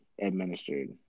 administered